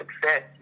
success